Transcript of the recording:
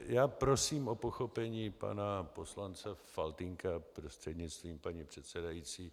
Já prosím o pochopení pana poslance Faltýnka prostřednictvím paní předsedající.